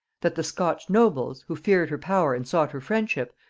that the scotch nobles, who feared her power and sought her friendship,